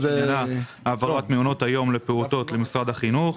העברת מעונות היום לפעוטות למשרד החינוך,